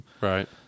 Right